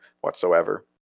whatsoever